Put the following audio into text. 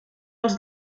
els